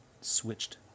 switched